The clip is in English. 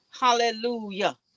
hallelujah